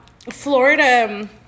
Florida